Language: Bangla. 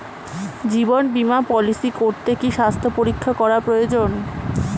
জীবন বীমা পলিসি করতে কি স্বাস্থ্য পরীক্ষা করা প্রয়োজন?